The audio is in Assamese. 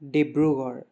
ডিব্ৰুগড়